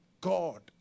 god